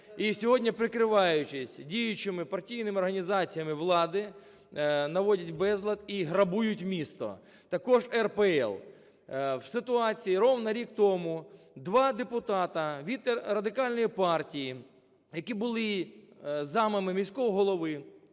і сьогодні, прикриваючись діючими партійними організаціями влади, наводять безлад і грабують місто, також РПЛ. В ситуації, рівно рік тому, два депутати від Радикальної партії, які були замами міського голови,